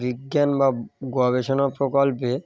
বিজ্ঞান বা গবেষণা প্রকল্পে